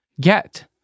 get